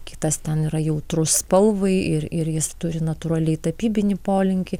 kitas ten yra jautrus spalvai ir ir jis turi natūraliai tapybinį polinkį